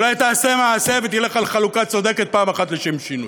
אולי תעשה מעשה ותלך על חלוקה צודקת פעם אחת לשם שינוי?